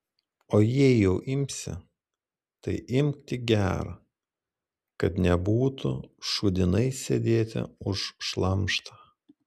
o jei jau imsi tai imk tik gerą kad nebūtų šūdinai sėdėti už šlamštą